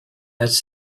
has